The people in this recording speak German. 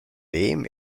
dem